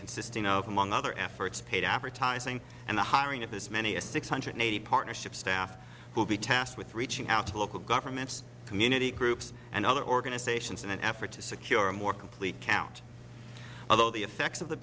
consisting of among other efforts paid advertising and the hiring of as many as six hundred and eighty partnership staff who will be tasked with reaching out to local governments community groups and other organizations in an effort to secure a more complete count although the effects of the